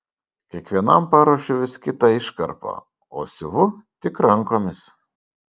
kiekvienam paruošiu vis kitą iškarpą o siuvu tik rankomis